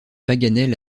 paganel